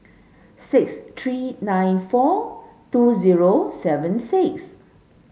six three nine four two zero seven six